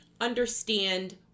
understand